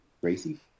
Gracie